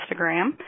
Instagram